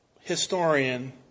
historian